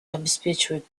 обеспечивают